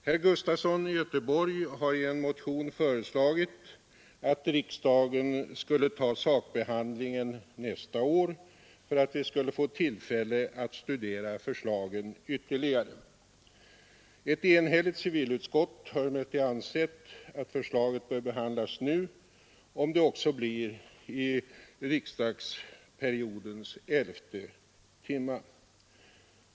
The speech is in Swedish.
Herr Gustafson i Göteborg har i en motion föreslagit att riksdagen skulle ta sakbehandlingen nästa år för att vi skulle få tillfälle att studera förslagen ytterligare. Ett enhälligt civilutskott har emellertid ansett att förslaget bör behandlas nu, om det också blir i riksdagsperiodens elfte timme.